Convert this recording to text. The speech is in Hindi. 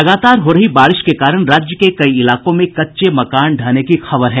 लगातार हो रही बारिश के कारण राज्य के कई इलाकों में कच्चे मकान ढहने की खबर है